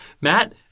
Matt